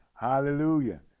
hallelujah